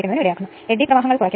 ഇത് എങ്ങനെ ചെയ്യും